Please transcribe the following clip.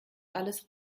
alles